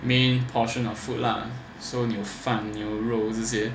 main portion of food lah so 你有饭你有肉这些